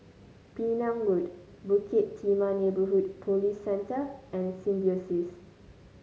Penang Road Bukit Timah Neighbourhood Police Centre and Symbiosis